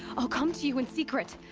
i'll come to you in secret!